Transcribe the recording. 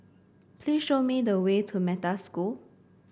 please show me the way to Metta School